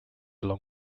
along